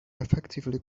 effectively